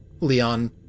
Leon